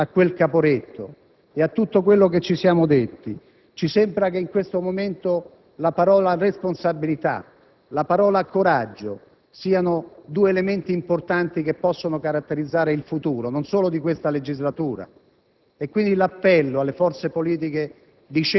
Prodi. Vedete, amici, riferendoci anche a quella Caporetto e a tutto quanto ci siamo detti, mi sembra che in questo momento le parole responsabilità e coraggio siano due valori importanti, che possono caratterizzare il futuro non solo di questa legislatura.